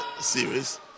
series